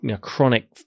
chronic